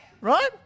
right